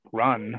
run